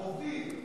הוביל.